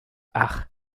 ach